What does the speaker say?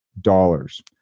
dollars